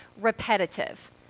repetitive